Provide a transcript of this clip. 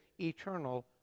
eternal